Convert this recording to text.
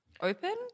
open